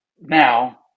now